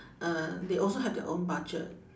uh they also have their own budget